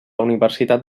universitat